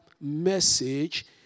message